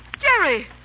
Jerry